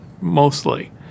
mostly